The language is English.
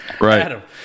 Right